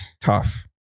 tough